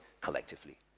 collectively